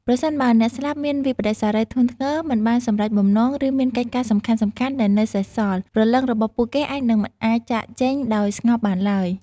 ប្រសិនបើអ្នកស្លាប់មានវិប្បដិសារីធ្ងន់ធ្ងរ មិនបានសម្រេចបំណង ឬមានកិច្ចការសំខាន់ៗដែលនៅសេសសល់ ព្រលឹងរបស់ពួកគេអាចនឹងមិនអាចចាកចេញដោយស្ងប់បានឡើយ។